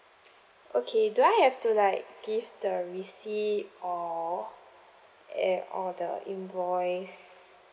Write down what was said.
okay do I have to like give the receipt or at or the invoice